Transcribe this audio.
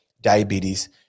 diabetes